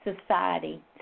society